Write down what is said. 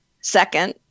second